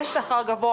בשכר גבוה,